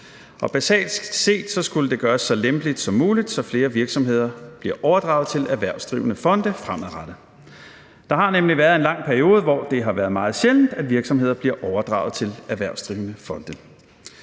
Basalt set skulle det gøres så lempeligt som muligt, så flere virksomheder bliver overdraget til erhvervsdrivende fonde fremadrettet. Der har nemlig været en lang periode, hvor det har været meget sjældent, at virksomheder bliver overdraget til erhvervsdrivende fonde.